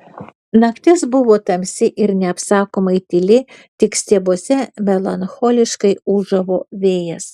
naktis buvo tamsi ir neapsakomai tyli tik stiebuose melancholiškai ūžavo vėjas